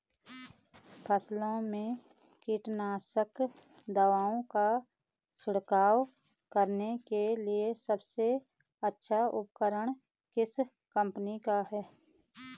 फसलों में कीटनाशक दवाओं का छिड़काव करने के लिए सबसे अच्छे उपकरण किस कंपनी के हैं?